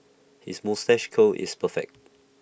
his moustache curl is perfect